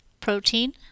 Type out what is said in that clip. protein